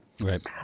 right